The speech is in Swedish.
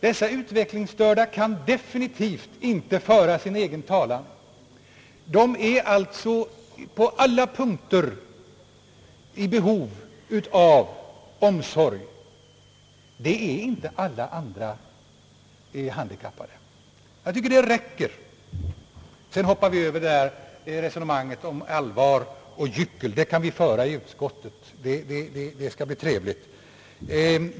Dessa utvecklingsstörda kan definitivt inte föra sin egen talan. De är alltså på alla punkter i behov av omsorg. Det är inte alla andra handikappade. Jag tycker det räcker. Sedan hoppar vi över resonemanget om allvar och gyckel. Det kan vi föra i utskottet.